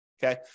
Okay